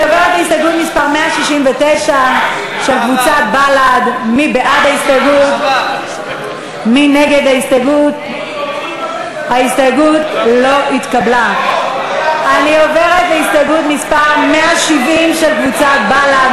אני עוברת לסעיף 59(2). הסתייגות מס' 165 של קבוצת בל"ד,